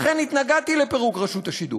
לכן התנגדתי לפירוק רשות השידור,